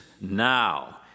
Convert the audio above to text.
now